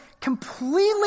completely